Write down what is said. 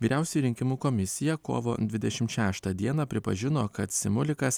vyriausioji rinkimų komisija kovo dvidešim šeštą dieną pripažino kad simulikas